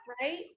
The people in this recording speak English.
Right